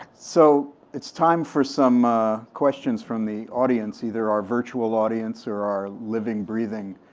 so it's time for some questions from the audience, either our virtual audience or our living, breathing